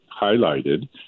highlighted